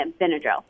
Benadryl